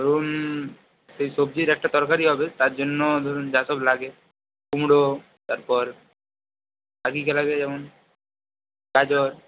ধরুন সেই সবজির একটা তরকারি হবে তার জন্য ধরুন যা সব লাগে কুমড়ো তারপর আর কী কী লাগে যেমন গাজর